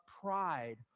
pride